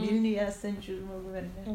vilniuj esančiu žmogum ar ne